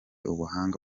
ubuhanga